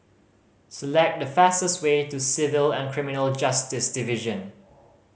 select the fastest way to Civil and Criminal Justice Division